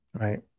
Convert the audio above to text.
Right